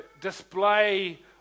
display